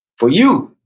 for you,